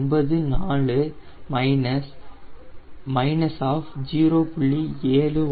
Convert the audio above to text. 94 0